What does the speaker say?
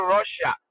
Russia